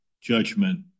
judgment